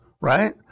right